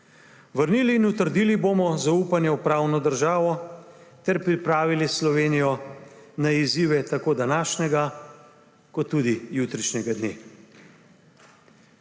Vrnili in utrdili bomo zaupanje v pravno državo ter pripravili Slovenijo na izzive tako današnjega kot tudi jutrišnjega dne.